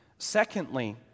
Secondly